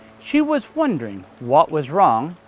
she was wondering what was wrong,